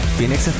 Phoenix